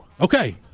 Okay